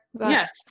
yes